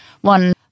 One